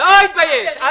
לא מופיעים וזה.